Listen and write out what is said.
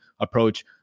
approach